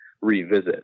revisit